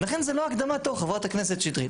ולכן זה לא הקדמת תור, חברת הכנסת שטרית.